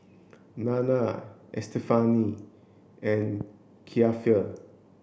Nanna Estefany and Kiefer